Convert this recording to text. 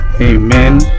amen